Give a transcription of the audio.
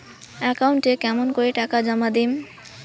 একাউন্টে কেমন করি টাকা জমা দিম?